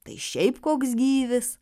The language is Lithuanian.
tai šiaip koks gyvis